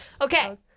okay